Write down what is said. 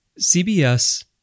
CBS